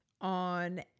on